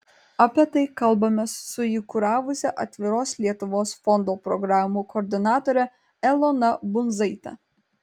apie tai kalbamės su jį kuravusia atviros lietuvos fondo programų koordinatore elona bundzaite